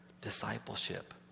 discipleship